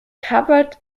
covered